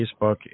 Facebook